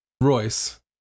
Royce